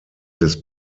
des